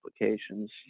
applications